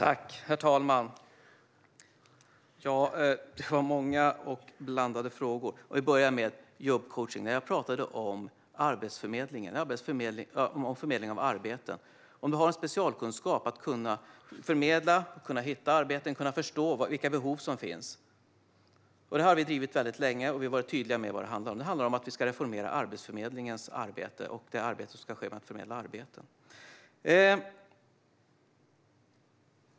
Herr talman! Det var mycket på en gång. Låt mig börja med jobbcoachningen. Jag talade om förmedling av arbeten, att ha specialkunskap i att kunna förmedla arbeten, hitta arbeten och förstå vilka behov som finns. Vi har drivit detta länge och varit tydliga med vad det handlar om. Det handlar om att reformera Arbetsförmedlingens arbete och arbetet med att förmedla arbete.